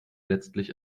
letztlich